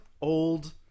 Old